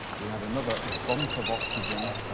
we have another bump of oxygen,